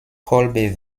kolbe